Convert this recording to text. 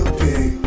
big